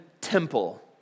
temple